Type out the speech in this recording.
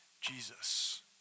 Jesus